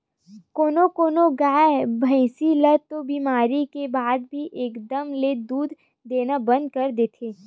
कोनो कोनो गाय, भइसी ह तो बेमारी के बाद म एकदम ले दूद देना बंद कर देथे